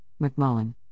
McMullen